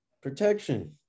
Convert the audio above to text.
Protection